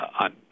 on